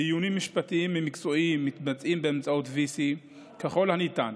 דיונים משפטיים ומקצועיים מתבצעים באמצעות VC ככל הניתן,